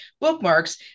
bookmarks